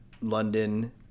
London